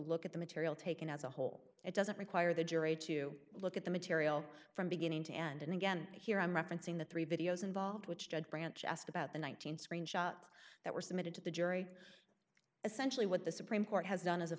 look at the material taken as a whole it doesn't require the jury to look at the material from beginning to end and again here i'm referencing the three videos involved which doug branch asked about the one thousand dollars screenshots that were submitted to the jury essentially what the supreme court has done as a